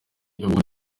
ugukora